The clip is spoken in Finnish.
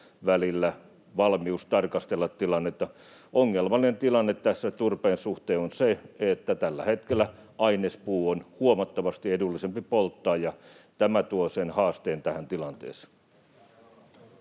aikavälillä valmius tarkastella tilannetta. Ongelmallinen tilanne tässä turpeen suhteen on se, että tällä hetkellä ainespuu on huomattavasti edullisempi polttaa, ja tämä tuo sen haasteen tähän tilanteeseen.